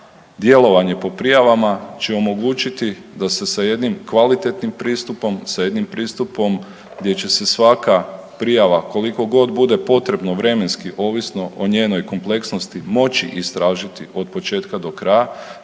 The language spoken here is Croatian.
djelovanje po prijavama će omogućiti da se sa jednim kvalitetnim pristupom, sa jednim pristupom gdje će se svaka prijava koliko god bude potrebno vremenski ovisno o njenoj kompleksnosti moći istražiti od početka do kraja,